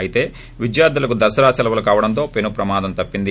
అయితే విద్యార్ధులకు దసరా సెలవులు కావడంతో పెను ప్రమాదం తప్పింది